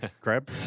crab